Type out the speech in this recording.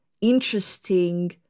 interesting